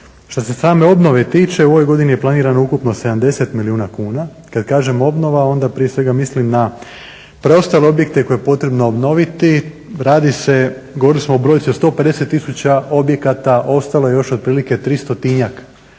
Što se same obnove tiče u ovoj godini je planirano ukupno 70 milijuna kuna, kad kažem obnova onda prije svega mislim na preostale objekte koje je potrebno obnovit, radi se, govorili smo o brojci od 150 tisuća objekata, ostalo je još otprilike tristotinjak objekata